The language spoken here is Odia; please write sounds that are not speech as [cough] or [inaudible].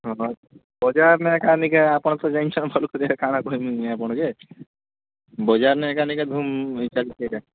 ବଜାର୍ନେ କାଏଁ ଯେ ଆପଣ ତ ଜାଣିଛନ୍ ଭଲ୍ସେ କାଣା କହିବି ମୁଇଁ ଆପଣକେ ବଜାର୍ନେ [unintelligible]